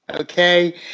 Okay